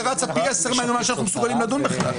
רצה פי עשר ממה שאנחנו מסוגלים לדון בכלל.